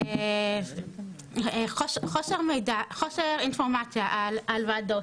חוסר אינפורמציה על ועדות,